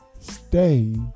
Stay